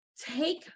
take